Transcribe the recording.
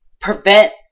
prevent